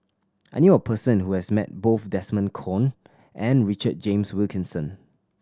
I knew a person who has met both Desmond Kon and Richard James Wilkinson